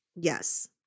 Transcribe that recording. Yes